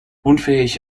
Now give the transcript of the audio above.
unfähig